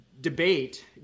debate